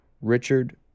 Richard